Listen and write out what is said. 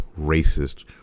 racist